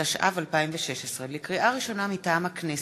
התשע"ו 2016. לקריאה ראשונה, מטעם הכנסת: